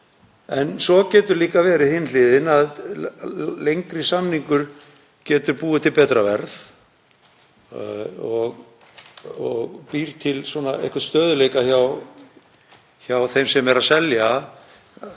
En svo getur líka verið hin hliðin, að lengri samningur geti búið til betra verð og búið til einhvern stöðugleika hjá þeim sem er að selja,